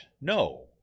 no